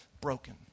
broken